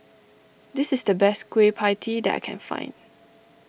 this is the best Kueh Pie Tee that I can find